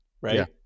right